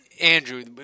Andrew